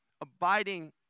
Abiding